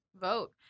Vote